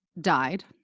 Died